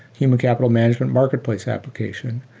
human capital management marketplace application.